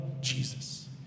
Jesus